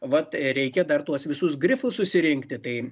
vat reikia dar tuos visus grifus susirinkti tai